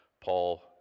Paul